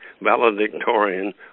valedictorian